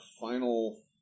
final